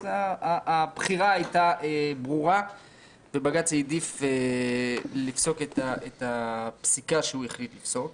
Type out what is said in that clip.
אז הבחירה הייתה ברורה ובג"ץ העדיף לפסוק את הפסיקה שהוא החליט לפסוק.